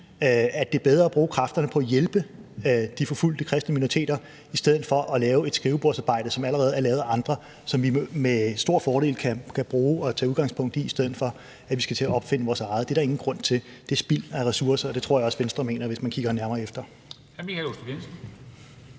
det er bedre at bruge kræfterne på at hjælpe de forfulgte kristne minoriteter i stedet for at lave et skrivebordsarbejde, som allerede er lavet af andre, og som vi med stor fordel kan bruge og tage udgangspunkt i, i stedet for at vi skal til at opfinde vores eget. Det er der ingen grund til. Det er spild af ressourcer, og det tror jeg også at Venstre mener, hvis man kigger nærmere efter.